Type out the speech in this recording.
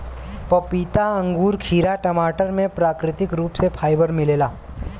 पपीता अंगूर खीरा टमाटर में प्राकृतिक रूप से फाइबर मिलेला